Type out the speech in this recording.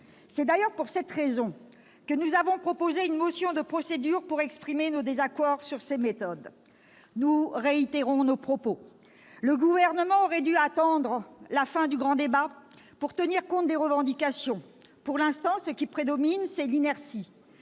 Conseil d'État. Nous avons d'ailleurs déposé une motion de procédure pour exprimer notre désaccord sur ces méthodes. Nous réitérons notre propos. Le Gouvernement aurait dû attendre la fin du grand débat pour tenir compte des revendications. Pour l'instant, ce qui prédomine, c'est l'inertie.